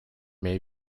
may